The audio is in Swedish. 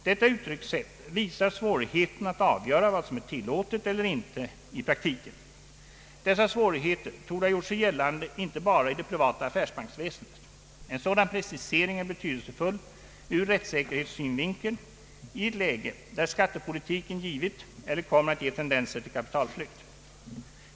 Detta uttryckssätt visar svårigheten att avgöra vad som är tillåtet och inte i praktiken. Dessa svårigheter torde ha gjort sig gällande inte bara i det privata affärsbanksväsendet. En sådan precisering är betydelsefull ur rättssäkerhetssynvinkel i ett läge där skattepolitiken givit eller kommer att ge tendenser till kapitalflykt.